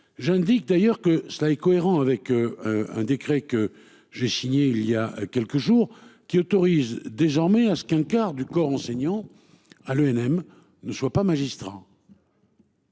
J'indique d'ailleurs que cela est cohérent avec. Un décret que j'ai signé il y a quelques jours, qui autorise désormais à ce qu'un quart du corps enseignant à l'ENM ne soit pas magistrat.